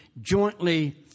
jointly